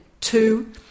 two